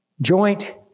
Joint